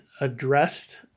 addressed